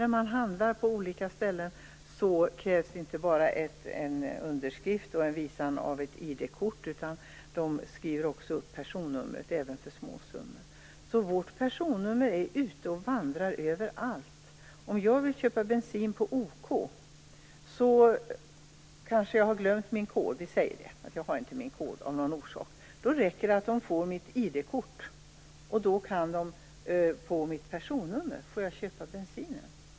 När man handlar på olika ställen krävs inte bara underskrift och uppvisande av ID-kort, utan de skriver också upp personnumret - även för små summor. Vårt personnummer är ute och vandrar överallt. Om jag vill köpa bensin på OK kanske jag har glömt min kod, eller jag har inte min kod av någon orsak. Då räcker det att de får mitt ID-kort, och på mitt personnummer får jag köpa bensinen.